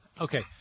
Okay